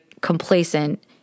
complacent